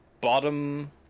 bottom